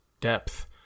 depth